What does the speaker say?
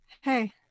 Hey